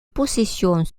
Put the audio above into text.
possessions